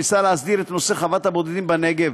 ניסה להסדיר את נושא חוות הבודדים בנגב